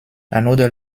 another